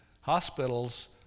Hospitals